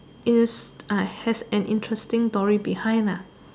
in has an interesting story behind